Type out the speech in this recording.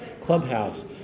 Clubhouse